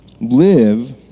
Live